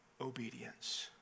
obedience